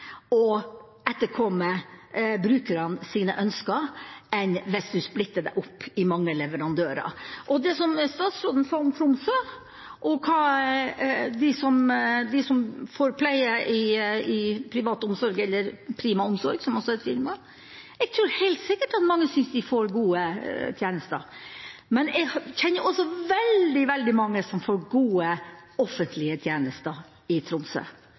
å etterkomme brukernes ønsker enn hvis man splitter det opp i mange leverandører. Når det gjelder det statsråden sa om Tromsø og de som får pleie i privat omsorg, eller Prima Omsorg, som er et firma, tror jeg helt sikkert at mange synes de får gode tjenester. Men jeg kjenner også veldig mange som får gode offentlige tjenester i Tromsø